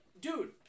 dude